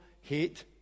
hate